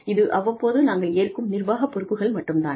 இது அவ்வப்போது நாங்கள் ஏற்கும் நிர்வாகப் பொறுப்புகள் மட்டும் தான்